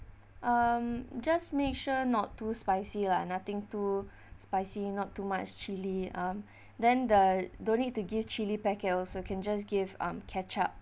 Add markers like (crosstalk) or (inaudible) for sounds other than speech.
um just make sure not too spicy lah nothing too (breath) spicy not too much chilli um then the don't need to give chilli packet also can just give um ketchup